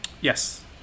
Yes